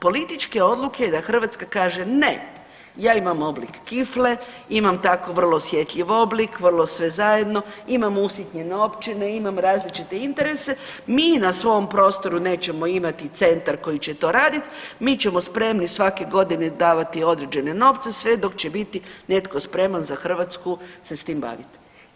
Politička je odluka da Hrvatska kaže ne, ja imam oblik kifle imam tako vrlo osjetljiv oblik, vrlo sve zajedno, imam usitnjene općine, imam različite interese, mi na svom prostoru nećemo imati centar koji će to raditi, mi ćemo spremni svake godine davati određene novce sve dok će biti netko spreman za Hrvatsku se s tim baviti.